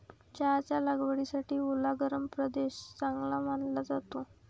चहाच्या लागवडीसाठी ओला गरम प्रदेश चांगला मानला जातो